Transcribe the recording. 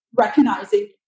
recognizing